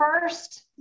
first